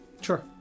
Sure